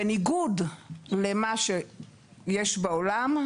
בניגוד למה שקורה בעולם,